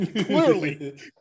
Clearly